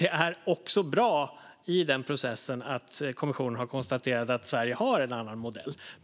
Det är dock bra i den processen att kommissionen har konstaterat att Sverige har en annan modell.